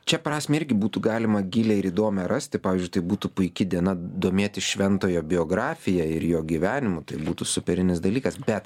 čia prasmę irgi būtų galima gilią ir įdomią rasti pavyzdžiui tai būtų puiki diena domėtis šventojo biografija ir jo gyvenimu tai būtų superinis dalykas bet